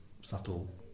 subtle